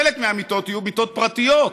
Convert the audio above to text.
חלק מהמיטות יהיו מיטות פרטיות,